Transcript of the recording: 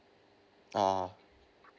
oh